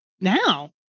now